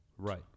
Right